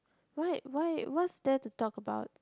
why why what's there to talk about